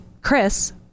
Chris